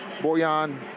Boyan